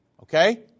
Okay